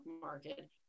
market